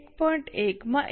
૧ માં ૧